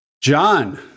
John